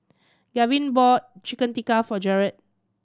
Gavin bought Chicken Tikka for Jarad